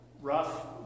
rough